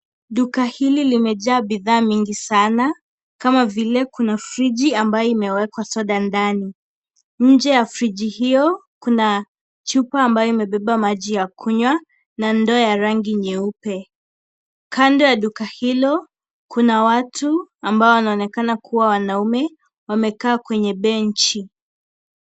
Duka hili limejaa bidhaa mingi sana, kama vile kuna friji ambayo imewekwa soda ndani, nje ya friji hiyo kuna chupa ambayo imebeba maji ya kunywa na ndoo ya rangi nyeupe, kando ya duka hilo kuna watu ambao wanaonekana kuwa wanaume wamekaa kwenye benchi.